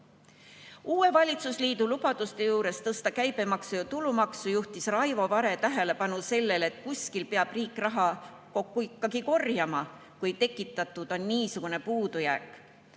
valitsusliidu lubaduste juures tõsta käibemaksu ja tulumaksu juhtis Raivo Vare tähelepanu sellele, et kuskilt peab riik raha kokku korjama, kui tekitatud on niisugune puudujääk.